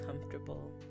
comfortable